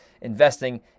investing